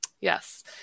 Yes